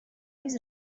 his